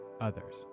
others